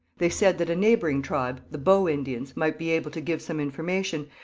they said that a neighbouring tribe, the bow indians, might be able to give some information,